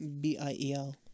B-I-E-L